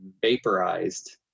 vaporized